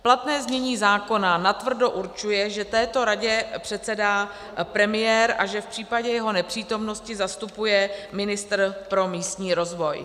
Platné znění zákona natvrdo určuje, že této radě předsedá premiér a že v případě jeho nepřítomnosti zastupuje ministr pro místní rozvoj.